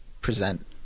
present